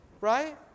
right